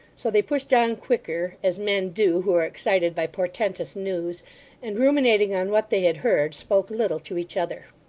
so they pushed on quicker, as men do who are excited by portentous news and ruminating on what they had heard, spoke little to each other.